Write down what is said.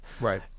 Right